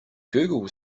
google